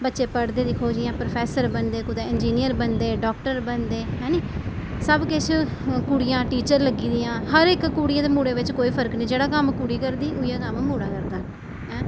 बच्चे पढ़दे दिक्खो जि'यां प्रोफैसर बनदे कुदै इंजीनियर बनदे डाक्टर बनदे है नी सब किश कुड़ियां टीचर लग्गी दियां हर इक कुड़ी ते मुड़े बिच्च कोई फर्क नेईं जेह्ड़ा कम्म कुड़ी करदी उ'ऐ कम्म मुड़ा करदा ऐ ऐं